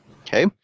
Okay